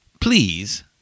Please